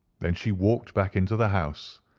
then she walked back into the house,